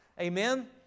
Amen